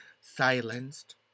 silenced